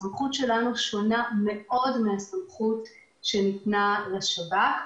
הסמכות שלנו שונה מאוד מהסמכות שניתנה לשב"כ.